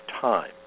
time